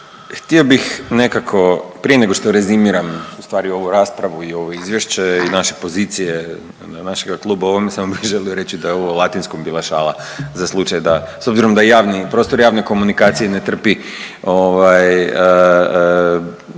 Htio bih nekako prije nego što rezimiram u stvari ovu raspravu i ovo izvješće i naše pozicije našega kluba o ovome samo bih želio reći da je ovo o latinskom bila šala za slučaj da, s obzirom da je javni, prostor javne komunikacije ne trpi